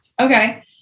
Okay